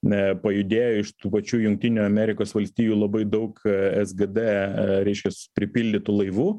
pajudėjo iš tų pačių jungtinių amerikos valstijų labai daug sgd reiškias pripildytų laivų